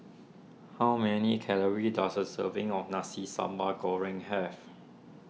how many calories does a serving of Nasi Sambal Goreng have